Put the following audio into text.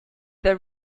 the